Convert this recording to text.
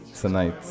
tonight